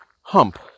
hump